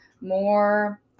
more